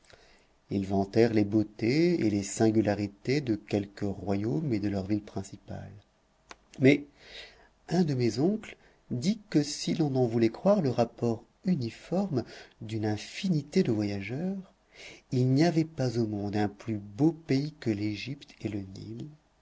ils vantèrent les beautés et les singularités de quelques royaumes et de leurs villes principales mais un de mes oncles dit que si l'on en voulait croire le rapport uniforme d'une infinité de voyageurs il n'y avait pas au monde un plus beau pays que l'égypte et le